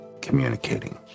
communicating